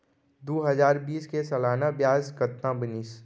दू हजार बीस के सालाना ब्याज कतना बनिस?